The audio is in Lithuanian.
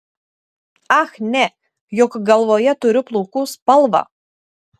ach ne juk galvoje turiu plaukų spalvą